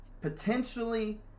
Potentially